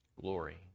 Glory